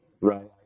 right